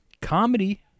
comedy